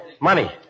Money